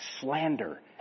slander